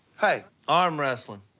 hey. arm wrestling.